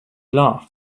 laugh